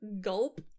gulp